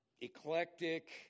eclectic